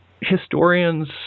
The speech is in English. historians